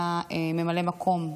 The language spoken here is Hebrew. היה ממלא מקום,